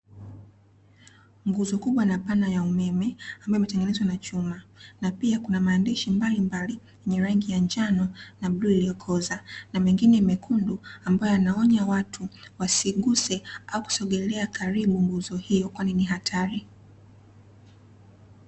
Nguzo kubwa na pana ya umeme ambayo imetengenezwa na chuma na pia kuna maandishi mbalimbali yenye rangi ya njano na bluu iliyokoza na mengine mekundu, ambayo yanaonya watu wasiguse au kusogelea karibu nguzo hiyo kwani ni hatari.